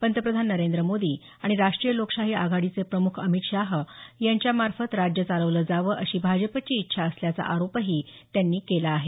पंतप्रधान नरेंद्र मोदी आणि राष्ट्रीय लोकशाही आघाडीचे प्रमुख अमित शाह यांच्या मार्फत राज्य चालवलं जावं अशी भाजपची इच्छा असल्याचा आरोपही त्यांनी केला आहे